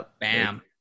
Bam